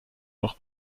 noch